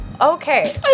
Okay